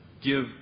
give